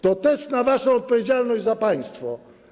To test na waszą odpowiedzialność za państwo.